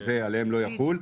שעליהם זה לא יחול.